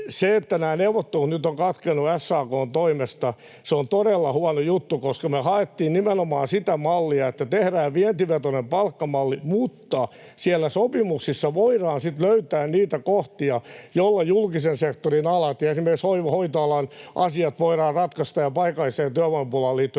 Se, että nämä neuvottelut nyt ovat katkenneet SAK:n toimesta, on todella huono juttu, koska me haettiin nimenomaan sitä mallia, että tehdään vientivetoinen palkkamalli mutta siellä sopimuksissa voidaan sitten löytää niitä kohtia, joilla esimerkiksi julkisen sektorin alat, hoitoalan asiat ja paikalliseen työvoimapulaan liittyvät